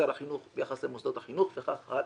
שר החינוך ביחס למוסדות החינוך וכך הלאה.